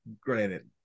granted